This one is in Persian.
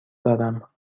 دارم